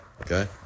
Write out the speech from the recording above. okay